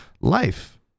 life